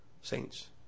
saints